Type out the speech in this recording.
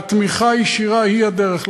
והתמיכה הישירה היא הדרך,